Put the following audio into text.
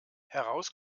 heraus